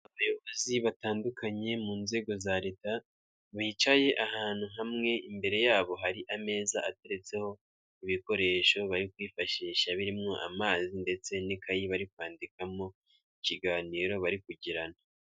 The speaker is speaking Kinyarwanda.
Abayobozi batandukanye mu nzego za leta bicaye ahantu hamwe, imbere yabo hari ameza atetseho ibikoresho bari kwifashisha birimo amazi ndetse n'ikayi bari kwandikamo ikiganiro bari kugirana.